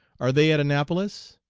are they at annapolis?